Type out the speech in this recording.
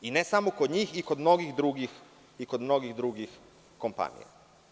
Ne samo kod njih, i kod mnogih drugih kompanija.